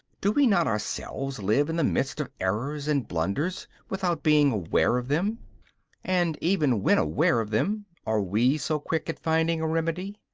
do we not ourselves live in the midst of errors and blunders without being aware of them and even when aware of them, are we so quick at finding a remedy?